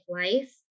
life